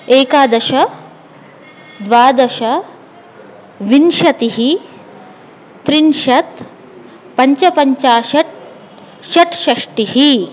एकादश द्वादश विंशतिः त्रिंशत् पञ्चपञ्चाशत् षट्षष्टिः